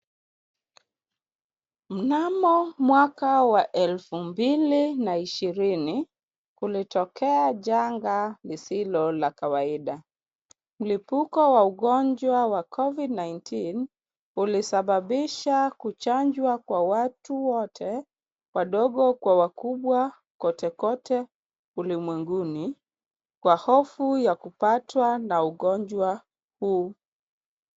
Mnamo mwaka wa elfu mbili na ishirini, kulitokea janga lisilo la kawaida, mlipuko wa ugonjwa wa covid 19 ulisababisha kuchanjwa kwa watu wote wadogo kwa wakubwa kote kote ulimwenguni kwa hofu ya kupatwa na ugonjwa huu.